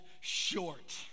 short